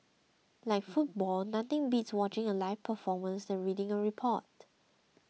like football nothing beats watching a live performance than reading a report